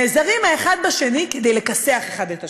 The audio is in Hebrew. נעזרים האחד בשני כדי לכסח אחד את השני.